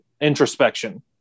introspection